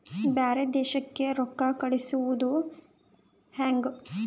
ಬ್ಯಾರೆ ದೇಶಕ್ಕೆ ರೊಕ್ಕ ಕಳಿಸುವುದು ಹ್ಯಾಂಗ?